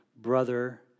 Brother